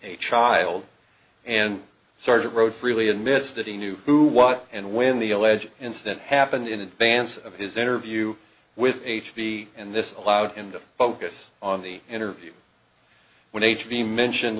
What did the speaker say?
a child and sort of wrote freely admits that he knew who what and when the alleged incident happened in advance of his interview with h b and this allowed him to focus on the interview when h b mentioned